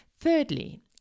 Thirdly